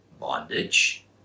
bondage